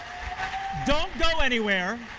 don't go anywhere.